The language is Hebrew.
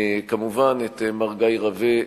וכמובן את מר גיא רוה,